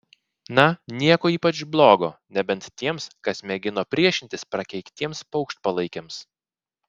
na nieko ypač blogo nebent tiems kas mėgino priešintis prakeiktiems paukštpalaikiams